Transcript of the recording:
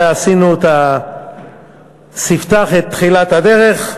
עשינו את הספתח, את תחילת הדרך.